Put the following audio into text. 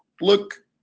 look